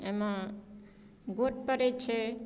ओहिमे गोट पड़ैत छै